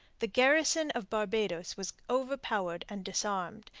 the garrison of barbados was overpowered and disarmed,